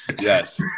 Yes